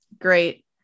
great